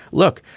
look,